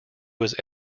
was